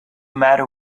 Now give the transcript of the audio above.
matter